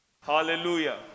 Hallelujah